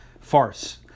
farce